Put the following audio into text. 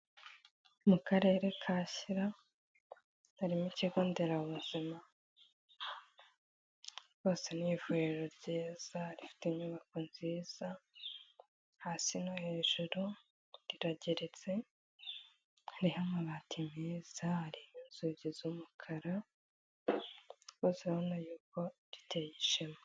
Mu karere ka Shyira harimo ikigo nderabuzima, rwose n'ivuriro ryiza rifite inyubako nziza, hasi no hejuru rirageretse hariho amabati meza, hariho inzugi z'umukara, rwose ubona yuko riteye ishema.